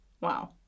Wow